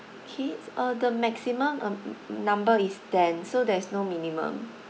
okay uh the maximum um number is ten so there is no minimum